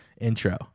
intro